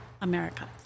America